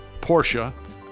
Porsche